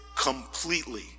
completely